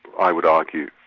i would argue,